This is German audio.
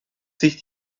sich